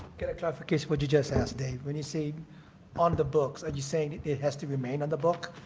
get a clarification what you just asked dave. when you say on the books, are and you saying it has to remain on the book?